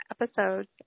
episodes